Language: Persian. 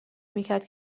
میکرد